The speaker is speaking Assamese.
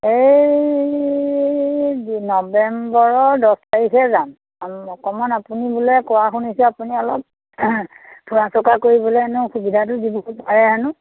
এই নৱেম্বৰৰ দছ তাৰিখে যাম ম অকণমান আপুনি বোলে কোৱা শুনিছোঁ আপুনি অলপ ফুৰা চকা কৰিবলৈ এনেও সুবিধাটো দিব পাৰে হেনো